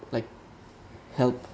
like help